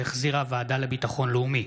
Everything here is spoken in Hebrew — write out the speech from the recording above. שהחזירה הוועדה לביטחון לאומי.